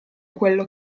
quello